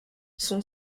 son